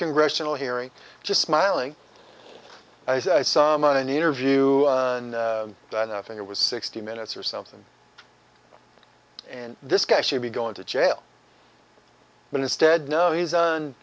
congressional hearing just smiling some on an interview that i think it was sixty minutes or something and this guy should be going to jail but instead no he's on